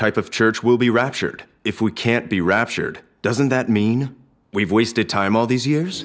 type of church will be raptured if we can't be raptured doesn't that mean we've wasted time all these